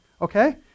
okay